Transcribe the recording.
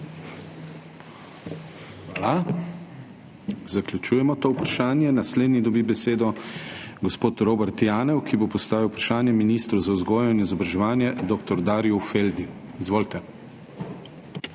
Hvala. Zaključujemo to vprašanje. Naslednji dobi besedo gospod Robert Janev, ki bo postavil vprašanje ministru za vzgojo in izobraževanje dr. Darju Feldi. Izvolite.